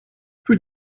für